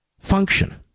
function